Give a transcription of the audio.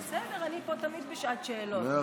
זה הכול.